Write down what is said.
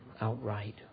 outright